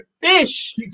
fish